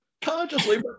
consciously